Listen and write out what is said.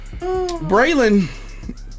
Braylon